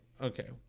Okay